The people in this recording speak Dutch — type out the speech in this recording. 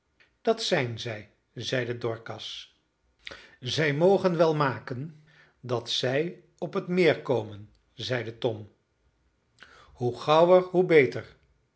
dat zijn zij zeide dorcas zij mogen wel maken dat zij op het meer komen zeide tom hoe gauwer hoe beter